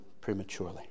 prematurely